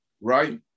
right